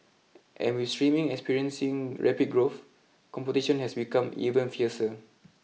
and with streaming experiencing rapid growth competition has become even fiercer